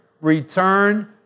return